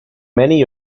many